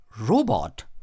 robot